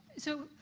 so,